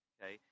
Okay